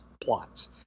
plots